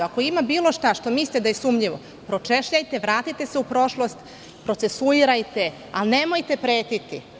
Ako ima bilo šta što mislite da je sumnjivo, pročeljajte, vratite se u prošlost, procesuirajte, ali nemojte pretiti.